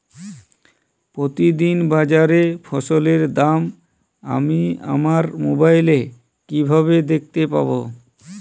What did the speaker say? প্রতিদিন বাজারে ফসলের দাম আমি আমার মোবাইলে কিভাবে দেখতে পাব?